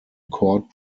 court